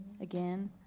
again